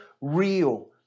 real